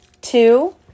two